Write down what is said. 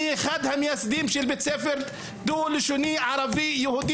אני אחד המייסדים של בית ספר דו-לשוני ערבי-יהודי.